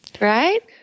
Right